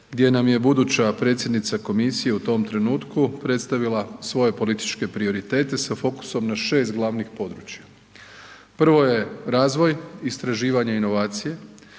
gdje nam je buduća predsjednica komisije u tom trenutku predstavila svoje političke prioritete sa fokusom na šest glavnih područja. Prvo je razvoj, istraživanje inovacije.